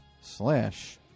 slash